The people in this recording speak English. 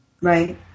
right